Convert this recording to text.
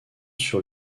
sur